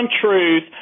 truth